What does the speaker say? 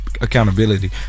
Accountability